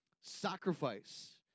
sacrifice